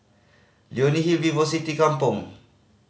Leonie Hill VivoCity Kampong